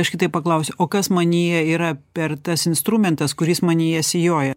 aš kitaip paklausiu o kas manyje yra per tas instrumentas kuris manyje sijoja